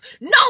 No